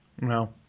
No